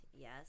Yes